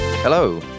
Hello